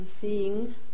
seeing